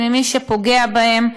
עם מי שפוגע בהם.